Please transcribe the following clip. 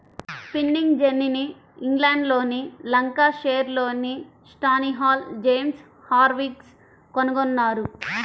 spinning జెన్నీని ఇంగ్లండ్లోని లంకాషైర్లోని స్టాన్హిల్ జేమ్స్ హార్గ్రీవ్స్ కనుగొన్నారు